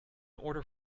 order